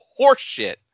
horseshit